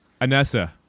Anessa